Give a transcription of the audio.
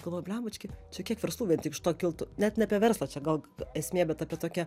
galvoji blembački čia kiek verslų vien tik iš to kiltų net ne apie verslą čia gal esmė bet apie tokią